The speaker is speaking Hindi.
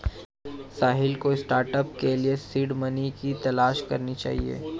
साहिल को स्टार्टअप के लिए सीड मनी की तलाश करनी चाहिए